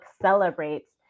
celebrates